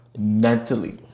Mentally